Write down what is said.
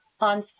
on